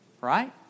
right